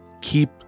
keep